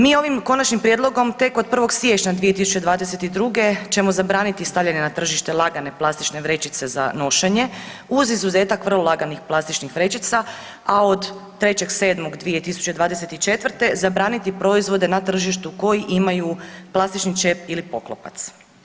Mi ovim konačnim prijedlogom tek od 1. siječnja 2022. ćemo zabraniti stavljanje na tržište lagane plastične vrećice za nošenje uz izuzetak vrlo laganih plastičnih vrećica, 3.7.2024. zabraniti proizvode na tržištu koji imaju plastični čep ili poklopac.